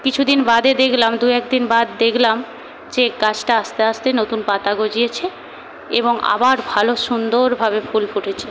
কিছুদিন বাদে দেখলাম দু একদিন বাদ দেখলাম যে গাছটা আস্তে আস্তে নতুন পাতা গজিয়েছে এবং আবার ভালো সুন্দরভাবে ফুল ফুটেছে